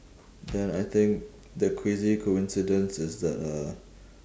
then I think the crazy coincidence is the